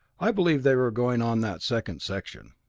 i believe they are going on that second section.